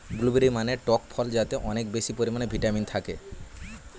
blueberry মানে টক ফল যাতে অনেক বেশি পরিমাণে ভিটামিন থাকে